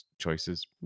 choices